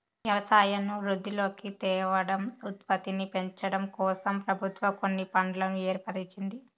వ్యవసాయంను వృద్ధిలోకి తేవడం, ఉత్పత్తిని పెంచడంకోసం ప్రభుత్వం కొన్ని ఫండ్లను ఏర్పరిచింది